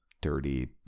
dirty